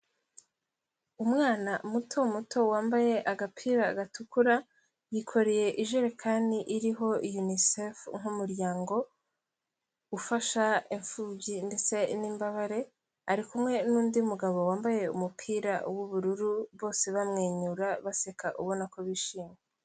Umwana muto muto wambaye agapira gatukura yikoreye ijerekani iriho Unicef nk'umuryango ufasha imfubyi ndetse n'imbabare, ari kumwe n'undi mugabo wambaye umupira w'ubururu, bose bamwenyura baseka ubona ko bishimye.